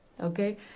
Okay